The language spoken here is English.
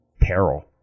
peril